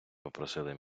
попросили